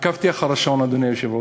עקבתי אחר השעון, אדוני היושב-ראש.